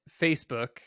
Facebook